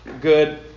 good